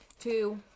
two